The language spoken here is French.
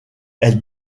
elle